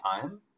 time